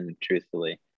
truthfully